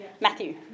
Matthew